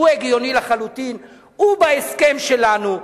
הוא הגיוני לחלוטין, הוא בהסכם שלנו.